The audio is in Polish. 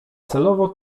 celowo